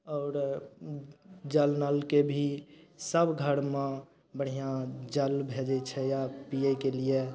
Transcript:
आओर उ जल नलके भी सब घरमे बढ़िआँ जल भेजय छै आब पीयै केलिये